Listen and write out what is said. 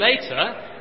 later